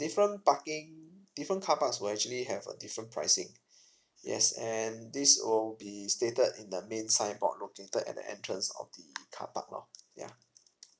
different parking different car parks will actually have a different pricing yes and this will be stated in the main signboard located at the entrance of the car park lor ya